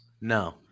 No